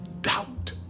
doubt